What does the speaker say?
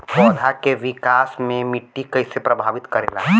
पौधा के विकास मे मिट्टी कइसे प्रभावित करेला?